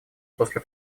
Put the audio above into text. после